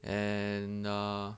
and err